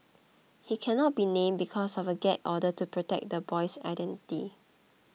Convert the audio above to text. he cannot be named because of a gag order to protect the boy's identity